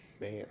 man